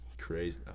crazy